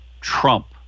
Trump